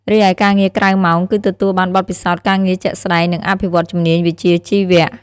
រីឯការងារក្រៅម៉ោង គឺទទួលបានបទពិសោធន៍ការងារជាក់ស្តែង និងអភិវឌ្ឍន៍ជំនាញវិជ្ជាជីវៈ។